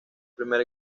primer